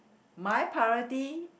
my priority